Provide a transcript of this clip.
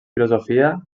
filosofia